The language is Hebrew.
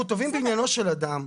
אנחנו תובעים בעניינו של אדם.